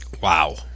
Wow